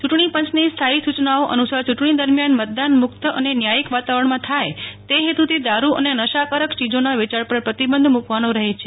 ચટણી પંચની સ્થાયી સુચનાઓ અનસાર ચુંટણી દરમ્યાન મતદાન મુકત અને ન્યાયિક વાતાવરણમાં થાય તે હેતુથી દારૂ અને નશાકારક ચોજોના વેંચાણ પર પ્રતિબંધ મૂકવાનો રહે છે